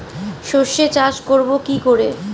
সর্ষে চাষ করব কি করে?